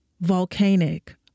volcanic